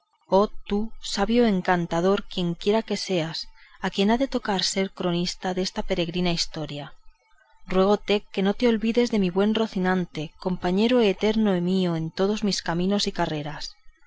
oh tú sabio encantador quienquiera que seas a quien ha de tocar el ser coronista desta peregrina historia ruégote que no te olvides de mi buen rocinante compañero eterno mío en todos mis caminos y carreras